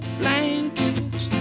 blankets